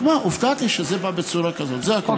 רק מה, הופתעתי שזה הובא בצורה כזאת, זה הכול.